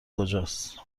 کجاست